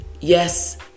Yes